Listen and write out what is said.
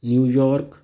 New York